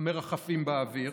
המרחפים באוויר,